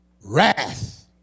Wrath